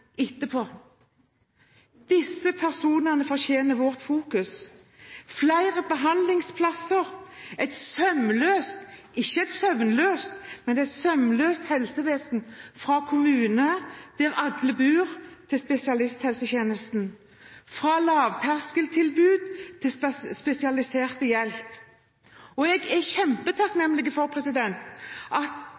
etterpå. Disse personene fortjener vårt fokus, flere behandlingsplasser, et sømløst – ikke et søvnløst – helsevesen fra kommunene der alle bor, til spesialisthelsetjenesten, fra lavterskeltilbud til spesialisert hjelp. Jeg er kjempetakknemlig for at